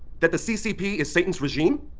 that the ccp is satan's regime,